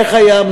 איך היה,